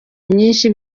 nyinshi